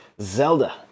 Zelda